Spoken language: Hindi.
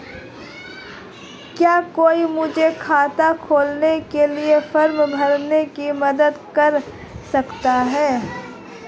क्या कोई मुझे खाता खोलने के लिए फॉर्म भरने में मदद कर सकता है?